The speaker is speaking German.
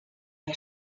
bei